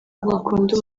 bakunda